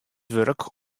wurk